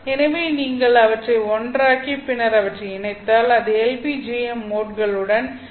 எனவே நீங்கள் அவற்றை ஒன்றாக்கி பின்னர் அவற்றை இணைத்தால் அது LPjm மோட்களுடன் முடிவடையும்